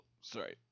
sorry